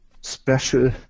special